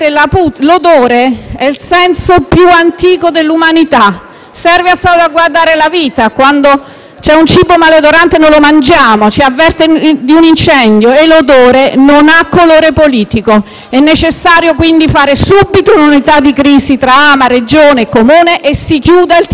serve a salvaguardare la vita. Quando un cibo è maleodorante non lo mangiamo; l'odore ci avverte di un incendio. L'odore non ha colore politico. È necessario quindi fare subito un'unità di crisi tra AMA, Regione e Comune e chiudere il TMB Salario, perché le soluzioni per i rifiuti a Roma esistono.